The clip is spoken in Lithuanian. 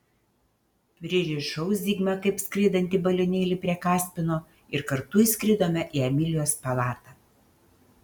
pririšau zigmą kaip skraidantį balionėlį prie kaspino ir kartu įskridome į emilijos palatą